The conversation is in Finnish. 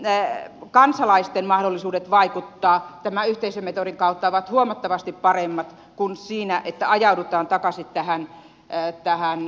myöskin kansalaisten mahdollisuudet vaikuttaa tämän yhteisömetodin kautta ovat huomattavasti paremmat kuin siinä että ajaudutaan takaisin tähän hallitustenvälisyyteen